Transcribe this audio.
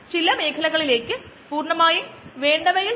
അടുത്തത് ബയോറിയാക്ടറുടെ ഒരു നിരന്തരമായ ഓപ്പറേഷൻ ആണ്